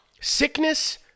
sickness